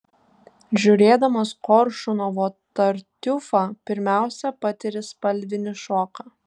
žiūrėdamas koršunovo tartiufą pirmiausia patiri spalvinį šoką